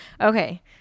okay